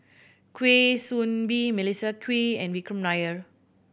Kwa Soon Bee Melissa Kwee and Vikram Nair